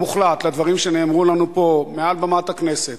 מוחלט לדברים שנאמרו לנו פה, מעל במת הכנסת,